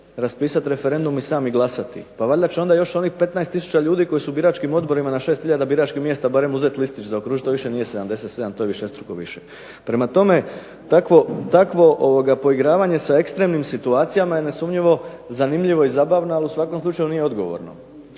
raspisati referendum i sami glasati. Pa valjda će onda još onih 15 tisuća ljudi koji su u biračkim odborima na 6 hiljada biračkih mjesta barem uzeti listić i zaokružiti, to više nije 77 to je višestruko više. Prema tome, takvo poigravanje sa ekstremnim situacijama je nesumnjivo zanimljivo i zabavno, ali u svakom slučaju nije odgovorno.